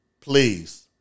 Please